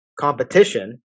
competition